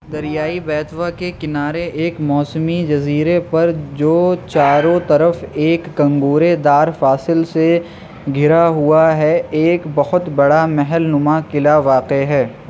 دریائے بیتوا کے کنارے ایک موسمی جزیرے پر جو چاروں طرف ایک کنگورے دار فاصل سے گھرا ہوا ہے ایک بہت بڑا محل نما قلعہ واقع ہے